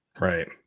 Right